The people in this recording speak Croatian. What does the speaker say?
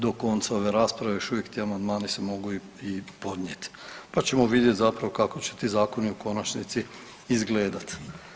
Do konca ove rasprave još uvijek ti amandmani se mogu i podnijeti, pa ćemo vidjeti zapravo kako će ti zakoni u konačnici izgledati.